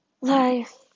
life